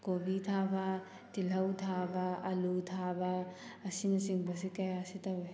ꯀꯣꯕꯤ ꯊꯥꯕ ꯇꯤꯜꯂꯧ ꯊꯥꯕ ꯑꯂꯨ ꯊꯥꯕ ꯑꯁꯤꯅ ꯆꯤꯡꯕꯁꯦ ꯀꯌꯥꯁꯤ ꯇꯧꯋꯦ